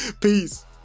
Peace